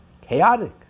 Chaotic